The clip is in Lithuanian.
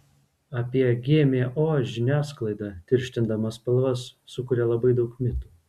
apie gmo žiniasklaida tirštindama spalvas sukuria labai daug mitų